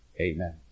Amen